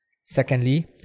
Secondly